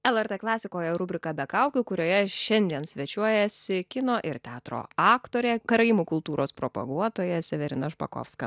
lrt klasikoje rubrika be kaukių kurioje šiandien svečiuojasi kino ir teatro aktorė karaimų kultūros propaguotoja severina špakovska